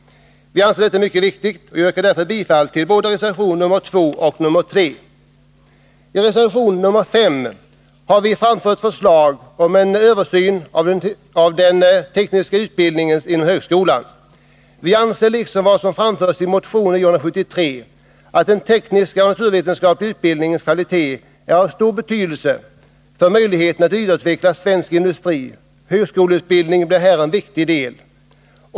Vi anser detta vara mycket viktigt, och jag yrkar därför bifall till både reservation 2 och 3. I reservation 5 har vi framfört förslag om en översyn av den tekniska utbildningen inom högskolan. Vi anser, i likhet med vad som framförs i motion 973, att den tekniska och naturvetenskapliga utbildningens kvalitet är av stor betydelse för möjligheten att vidareutveckla svensk industri. Högskoleutbildningen blir här en viktig del.